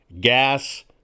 gas